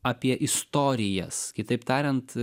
apie istorijas kitaip tariant